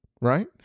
right